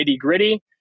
gritty